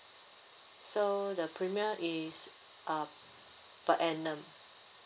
so the premium is uh per annum